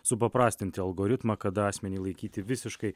supaprastinti algoritmą kada asmenį laikyti visiškai